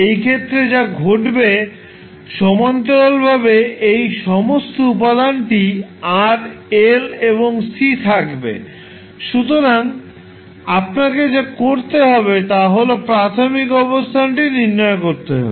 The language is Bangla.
এই ক্ষেত্রে যা ঘটবে সমান্তরালভাবে এই সমস্ত উপাদানটি RL এবং C থাকবে সুতরাং আপনাকে যা করতে হবে তা হল প্রাথমিক অবস্থাটি নির্ধারণ করতে হবে